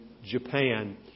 Japan